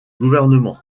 gouvernement